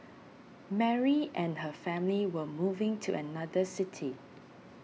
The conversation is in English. Mary and her family were moving to another city